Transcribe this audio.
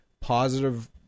positive